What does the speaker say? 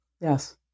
Yes